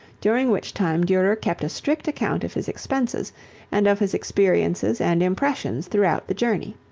during which time durer kept a strict account of his expenses and of his experiences and impressions throughout the journey.